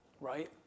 right